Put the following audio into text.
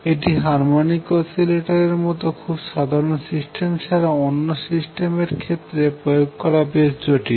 এটি harmonic oscillator মতো খুব সাধারণ সিস্টেম ছাড়া অন্য সিস্টেমের ক্ষেত্রে প্রয়োগ করা বেশ জটিল